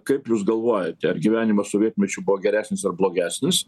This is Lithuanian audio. kaip jūs galvojate ar gyvenimas sovietmečiu buvo geresnis ar blogesnis